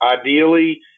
ideally